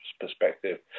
perspective